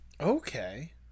Okay